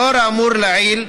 לאור האמור לעיל,